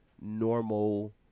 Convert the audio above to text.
normal